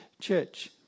church